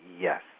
yes